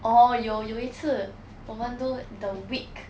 orh 有有一次我们 do the week